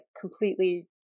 completely